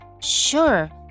Sure